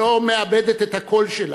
שלא מאבדת את הקול שלה,